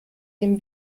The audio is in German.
dem